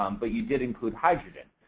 um but you did include hydrogen.